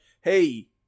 hey